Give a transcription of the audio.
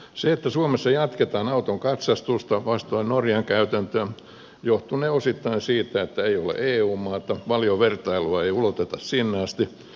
se että suomessa jatketaan auton katsastusta vastoin norjan käytäntöä johtunee osittain siitä että se ei ole eu maa valiovertailua ei uloteta sinne asti